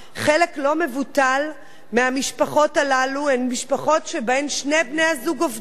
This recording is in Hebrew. חלק לא מבוטל מהמשפחות הללו הן משפחות שבהן שני בני-הזוג עובדים.